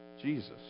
Jesus